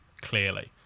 Clearly